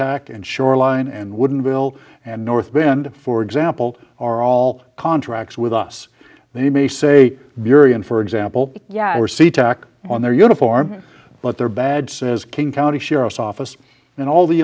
tac and shoreline and wouldn't bill and north bend for example are all contracts with us they may say burey and for example yeah we're sea tac on their uniform but they're bad says king county sheriff's office and all the